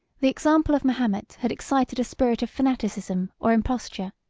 the example of mahomet had excited a spirit of fanaticism or imposture,